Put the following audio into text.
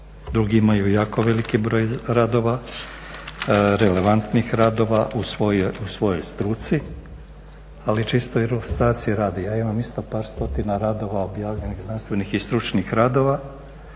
Drugi imaju jako veliki broj radova, relevantnih radova u svojoj struci. Ali čisto ilustracije radi, ja isto imam par stotina radova objavljenih, znanstvenih i stručnih radova.